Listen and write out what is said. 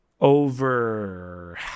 over